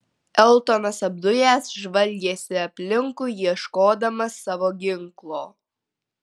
eltonas apdujęs žvalgėsi aplinkui ieškodamas savo ginklo